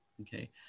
Okay